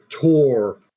tour